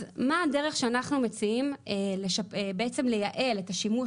אז מה הדרך שאנחנו מציעים לשפר בעצם לייעל את השימוש